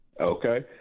Okay